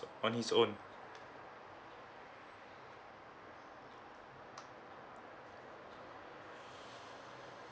on his own